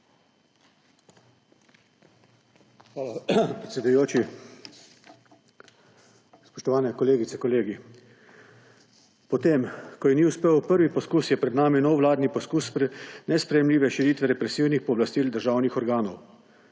Hvala, predsedujoči. Spoštovane kolegice, kolegi! Potem ko jim ni uspel prvi poskus, je pred nami nov vladi poskus nesprejemljive širitve represivnih pooblastil državnih organov.